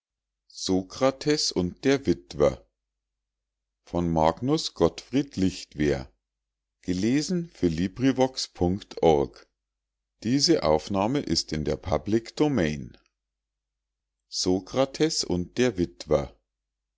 verloren magnus gottfried lichtwer der